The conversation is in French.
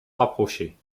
rapprochée